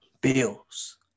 bills